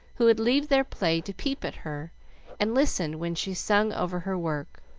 who would leave their play to peep at her and listen when she sung over her work.